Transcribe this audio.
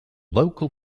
local